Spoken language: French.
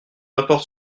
importe